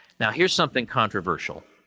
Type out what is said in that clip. now, here's something controversial.